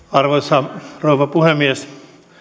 arvoisa rouva puhemies